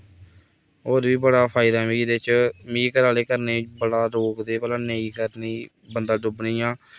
होर बी बड़ा फायदा ऐ मिगी एह्दे च मिगी घरा आह्ले करने ई बड़ा रोकदे भला नेईं कर नेईं बंदा डुब्बी नी जा